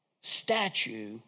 statue